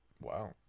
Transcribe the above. Wow